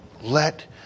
let